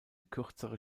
kürzere